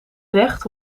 recht